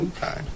Okay